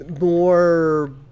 more